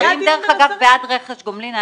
השרים, דרך אגב, בעד רכש גומלין.